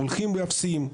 הולכים ואפסיים,